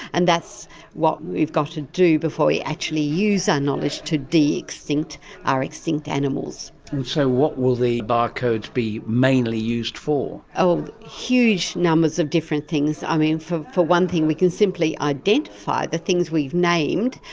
and that's what we've got to do before we actually use our knowledge to de-extinct our extinct animals. and so what will the barcodes be mainly used for? huge numbers of different things. i mean, for for one thing we can simply identify the things we've named.